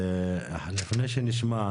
לפני שנשמע,